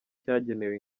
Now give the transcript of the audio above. cyagenewe